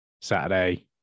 Saturday